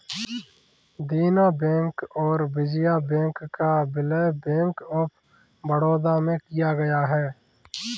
देना बैंक और विजया बैंक का विलय बैंक ऑफ बड़ौदा में किया गया है